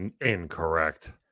incorrect